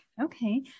Okay